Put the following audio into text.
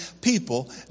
people